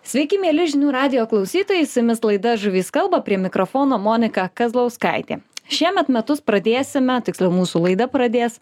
sveiki mieli žinių radijo klausytojai su jumis laida žuvys kalba prie mikrofono monika kazlauskaitė šiemet metus pradėsime tiksliau mūsų laida pradės